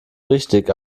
richtig